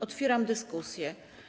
Otwieram dyskusję.